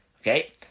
okay